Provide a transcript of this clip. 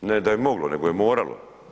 Ne da je moglo, nego je moralo.